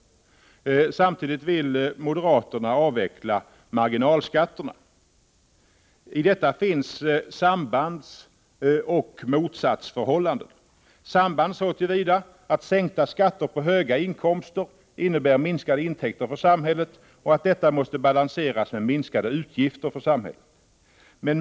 Samtidigt vill moderaterna avveckla marginalskatterna. I detta finns sambandsoch motsatsförhållanden. Samband finns så till vida att sänkta skatter på höga inkomster innebär minskade intäkter för samhället och detta måste balanseras med minskade utgifter för samhället.